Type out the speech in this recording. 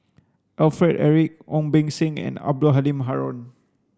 Alfred Eric Ong Beng Seng and Abdul Halim Haron